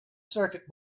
circuit